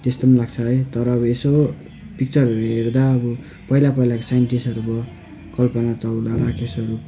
त्यस्तो पनि लाग्छ है तर अब यसो पिक्चरहरू हेर्दा अब पहिला पहिलाको साइन्टिस्टहरू भयो कल्पना चावला राकेशहरू